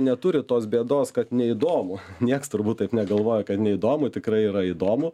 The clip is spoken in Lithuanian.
neturi tos bėdos kad neįdomu nieks turbūt taip negalvoja kad neįdomu tikrai yra įdomu